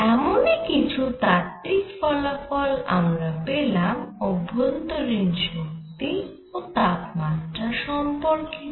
এমনই কিছু তাত্ত্বিত ফলাফল আমরা পেলাম অভ্যন্তরীণ শক্তি ও তাপমাত্রা সম্পর্কিত